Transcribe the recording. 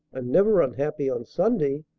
never unhappy on sunday.